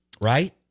Right